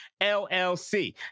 LLC